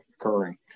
occurring